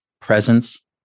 presence